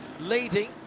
leading